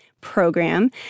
program